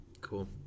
Cool